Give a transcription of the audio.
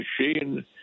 machine